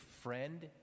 friend